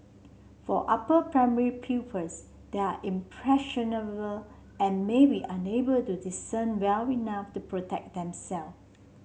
for upper primary pupils they are impressionable and may be unable to discern well enough to protect themselves